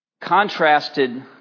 contrasted